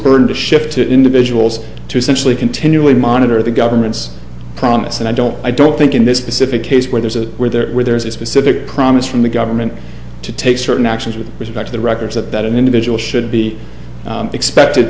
to shift to individuals to essentially continually monitor the government's promise and i don't i don't think in this specific case where there's a where there where there is a specific promise from the government to take certain actions with respect to the records that that an individual should be expected